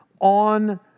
on